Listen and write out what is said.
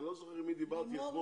אני לא זוכר עם מי דיברתי אתמול.